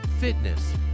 fitness